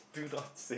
do not sing